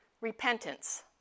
repentance